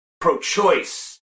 pro-choice